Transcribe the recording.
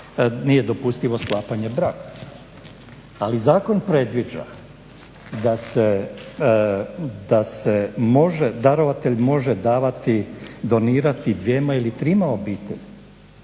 nije dopustivo sklapanje braka. Ali zakon predviđa da darovatelj može davati, donirati dvjema ili trima obiteljima